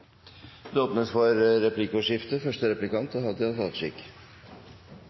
Det åpnes for replikkordskifte.